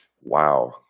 wow